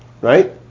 Right